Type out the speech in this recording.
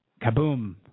Kaboom